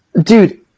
Dude